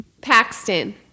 Paxton